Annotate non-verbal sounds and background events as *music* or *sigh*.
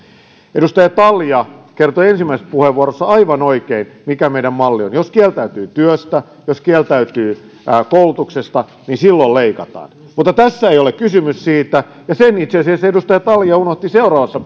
edustaja talja kertoi ensimmäisessä puheenvuorossaan aivan oikein mikä meidän mallimme on jos kieltäytyy työstä jos kieltäytyy koulutuksesta niin silloin leikataan mutta tässä ei ole kysymys siitä ja sen itse asiassa edustaja talja unohti seuraavassa *unintelligible*